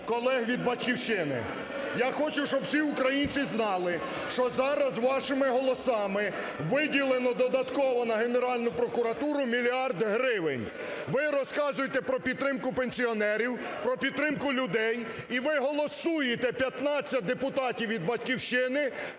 колег від "Батьківщини". Я хочу, щоб всі українці знали, що зараз вашими голосами виділено додатково на Генеральну прокуратуру 1 мільярд гривень. Ви розказуєте про підтримку пенсіонерів, про підтримку людей – і ви голосуєте, 15 депутатів від "Батьківщини",